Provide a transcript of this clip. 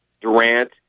Durant